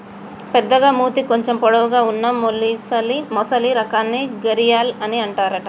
పెద్దగ మూతి కొంచెం పొడవు వున్నా మొసలి రకాన్ని గరియాల్ అని అంటారట